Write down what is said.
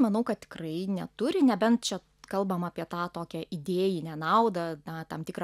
manau kad tikrai neturi nebent čia kalbama apie tą tokią idėjinę naudą na tam tikrą